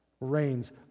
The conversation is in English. reigns